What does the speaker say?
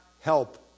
help